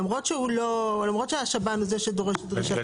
למרות שהשב"ן הוא זה שדורש את דרישת התשלום.